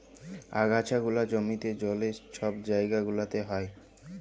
আগাছা গুলা জমিতে, জলে, ছব জাইগা গুলাতে হ্যয়